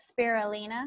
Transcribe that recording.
spirulina